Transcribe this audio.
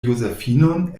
josefinon